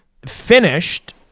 Finished